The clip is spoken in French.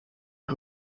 est